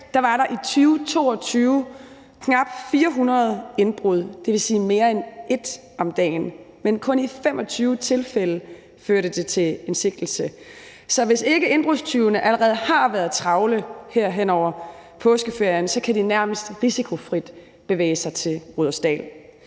var der i 2022 knap 400 indbrud, dvs. mere end 1 om dagen, men kun i 25 tilfælde førte det til en sigtelse. Så hvis ikke indbrudstyvene allerede har været travle her hen over påskeferien, kan de nærmest risikofrit bevæge sig til Rudersdal.